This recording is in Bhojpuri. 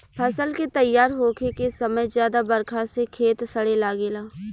फसल के तइयार होखे के समय ज्यादा बरखा से खेत सड़े लागेला